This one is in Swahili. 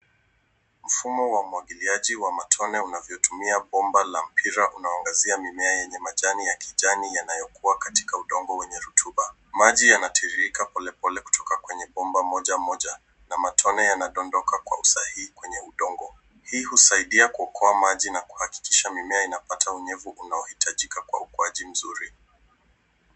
Mfumo wa umwagiliaji wa matone unavyotumia bomba la mpira unaoangazia mimea yenya majani ya kijani yanayokuwa katika udongo wenye rotuba. Maji yanatiririka polepole kutoka kwenye bomba moja moja na matone yanadondoka kwa usahihi kwenye udongo. Hii husaidia kuokoa maji na kuhakikisha mimea inapata unyevu unaohitajika kwa ukuaji mzuri.